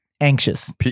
anxious